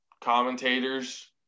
commentators